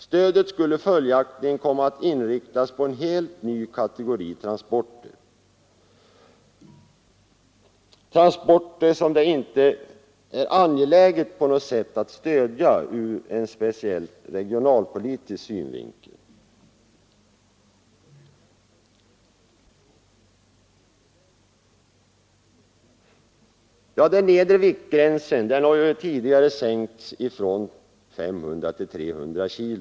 Stödet skulle följaktligen komma att inriktas på en helt ny kategori transporter, som det inte på något sätt är angeläget att stödja ur en speciellt regionalpolitisk synvinkel. Den nedre viktgränsen har tidigare sänkts från 500 till 300 kg.